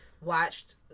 watched